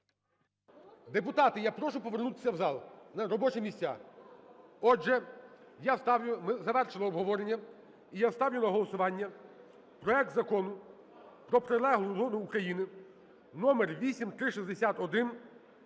Депутати, я прошу повернутися в зал на робочі місця. Отже, я ставлю… ми завершили обговорення і я ставлю на голосування проект Закону про прилеглу зону України (№8361)